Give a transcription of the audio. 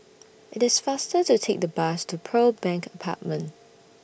IT IS faster to Take The Bus to Pearl Bank Apartment